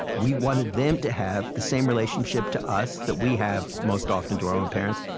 we wanted them to have the same relationship to us that we have most often to our own parents,